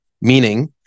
meaning